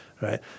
right